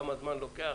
כמה זמן זה לוקח